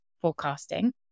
forecasting